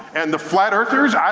and the flat earthers,